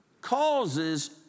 causes